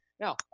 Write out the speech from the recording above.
Now